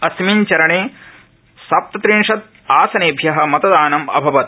अस्मिन् चरणे सप्तत्रिंशत आसनेभ्यः मतदानं अभवत्